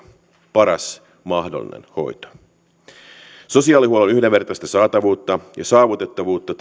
paras mahdollinen hoito terveydenhuollon rinnalla on tarkoitus edistää sosiaalihuollon yhdenvertaista saatavuutta ja saavutettavuutta